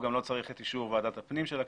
גם לא צריך את אישור ועדת הפנים של הכנסת.